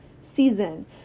season